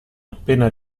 appena